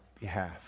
behalf